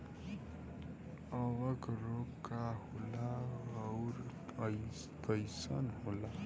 कवक रोग का होला अउर कईसन होला?